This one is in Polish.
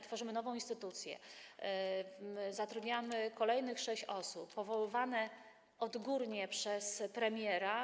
Tworzymy nową instytucję, zatrudniamy kolejnych sześć osób powoływanych odgórnie przez premiera.